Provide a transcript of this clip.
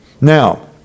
Now